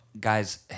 guys